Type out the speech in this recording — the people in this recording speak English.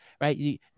right